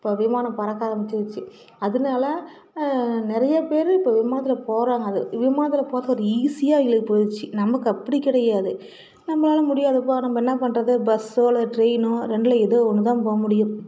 இப்போ விமானம் பறக்க ஆரம்பிச்சிருச்சு அதனால நிறைய பேர் இப்போ விமானத்தில் போகறாங்க அது விமானத்தில் போகறது ஒரு ஈஸியாக அவங்களுக்கு போயிருச்சு நமக்கு அப்படி கிடையாது நம்பளால் முடியாதப்போ நம்ம என்ன பண்ணுறது பஸ்ஸோ இல்லை டிரெயினோ ரெண்டில் ஏதோ ஒன்று தான் போக முடியும்